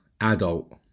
adult